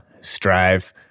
strive